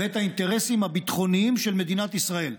ואת האינטרסים הביטחוניים של מדינת ישראל,